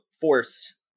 forced